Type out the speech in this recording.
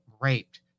raped